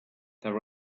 there